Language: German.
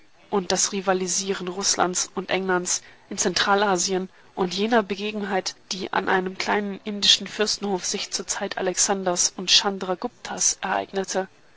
und das rivalisieren rußlands und englands in zentralasien und jener begebenheit die an einem kleinen indischen fürstenhof sich zur zeit alexanders und chandraguptas ereignete